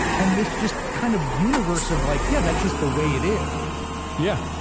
and this just kind of universe of like, yeah, that's just the way it is. yeah.